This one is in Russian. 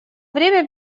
время